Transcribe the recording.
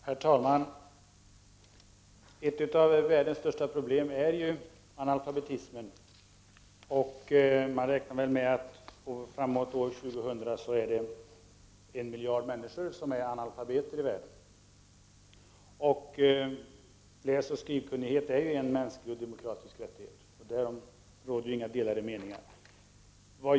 Herr talman! Analfabetismen är ju ett av världens största problem, och man räknar med att det framåt år 2000 kommer att finnas ungefär 1 miljard analfabeter i världen. Läsoch skrivkunnighet är en mänsklig och en demokratisk rättighet, och därom råder inga delade meningar.